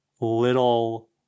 little